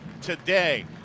today